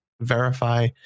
verify